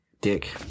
Dick